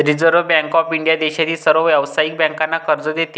reserve Bank of India देशातील सर्व व्यावसायिक बँकांना कर्ज देते